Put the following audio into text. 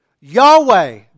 Yahweh